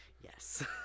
Yes